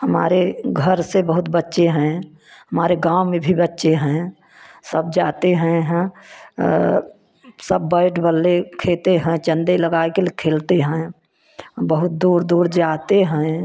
हमारे घर से बहुत बच्चे हैं हमारे गाँव में भी बच्चे हैं सब जाते हैं यहाँ सब बैट बल्ले खेलते हैं चंदे लग के खेलते हैं बहुत दूर दूर जाते हैं